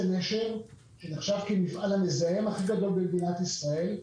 נשר שנחשב למפעל המזהם הכי גדול במדינת ישראל,